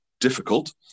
difficult